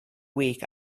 week